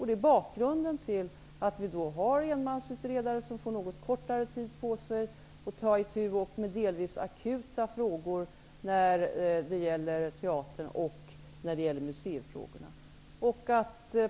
Det är bakgrunden till att vi har enmansutredare som får något kortare tid på sig att ta itu med delvis akuta frågor när det gäller teatern och museerna.